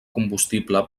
combustible